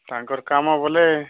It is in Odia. ତାଙ୍କର କାମ ବୋଏଲେ